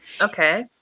Okay